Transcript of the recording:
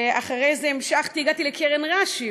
ואחרי זה המשכתי, הגעתי לקרן רש"י.